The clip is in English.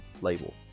label